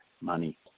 money